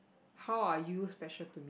how are you special to